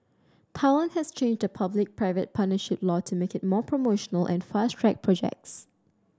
Thailand has changed the public private partnership law to make it more promotional and fast track projects